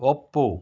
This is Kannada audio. ಒಪ್ಪು